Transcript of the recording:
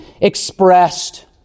expressed